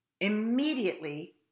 immediately